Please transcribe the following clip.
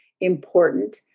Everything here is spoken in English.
important